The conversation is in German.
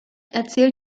erzielt